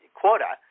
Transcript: quota